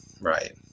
right